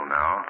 now